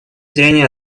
зрения